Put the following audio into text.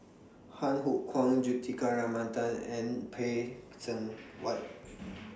Han Hook Kwang Juthika and Phay Seng Whatt